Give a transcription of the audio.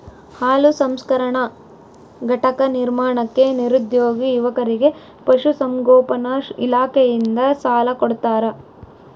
ಹಾಲು ಸಂಸ್ಕರಣಾ ಘಟಕ ನಿರ್ಮಾಣಕ್ಕೆ ನಿರುದ್ಯೋಗಿ ಯುವಕರಿಗೆ ಪಶುಸಂಗೋಪನಾ ಇಲಾಖೆಯಿಂದ ಸಾಲ ಕೊಡ್ತಾರ